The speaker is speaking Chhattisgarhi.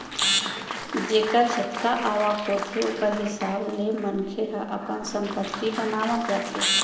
जेखर जतका आवक होथे ओखर हिसाब ले मनखे ह अपन संपत्ति बनावत जाथे